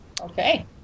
Okay